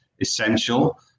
essential